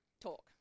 talk